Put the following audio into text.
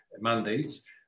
mandates